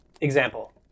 Example